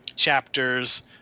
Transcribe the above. chapters